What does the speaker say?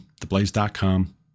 TheBlaze.com